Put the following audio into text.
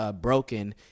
broken